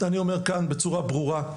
אני אומר כאן בצורה ברורה,